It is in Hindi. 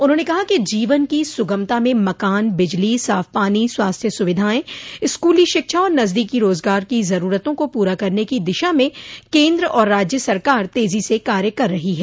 उन्होंने कहा कि जीवन की सुगमता में मकान बिजली साफ पानी स्वास्थ्य सुविधायें स्कूली शिक्षा और नजदीकी रोजगार की जरूरतों को पूरा करने की दिशा में केन्द्र और राज्य सरकार तेजी से कार्य कर रही हैं